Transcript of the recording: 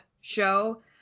show